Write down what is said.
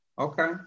Okay